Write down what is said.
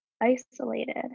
isolated